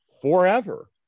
forever